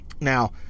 Now